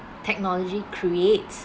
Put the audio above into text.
technology creates